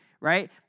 right